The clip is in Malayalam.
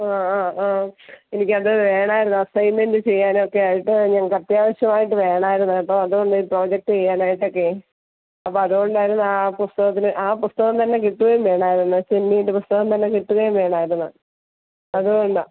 ആ ആ ആ എനിക്കത് വേണമായിരുന്നു അസൈൻമെൻ്റ് ചെയ്യാനൊക്കെ ആയിട്ട് ഞങ്ങൾക്ക് അത്യാവശ്യമായിട്ട് വേണമായിരുന്നു കേട്ടോ അതൊന്ന് ഈ പ്രൊജക്റ്റ് ചെയ്യാനായിട്ടൊക്കെ അപ്പോൾ അതുകൊണ്ടായിരുന്നു ആ പുസ്തകത്തിന് ആ പുസ്തകം തന്നെ കിട്ടുകയും വേണമായിരുന്നു ചെമ്മീനിൻ്റെ പുസ്തകം തന്നെ കിട്ടുകയും വേണമായിരുന്നു അതുകൊണ്ടാണ്